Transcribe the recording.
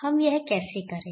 हम यह कैसे करे